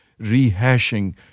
rehashing